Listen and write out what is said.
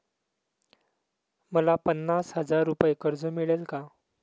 मला पन्नास हजार रुपये कर्ज मिळेल का?